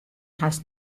hast